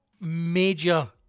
major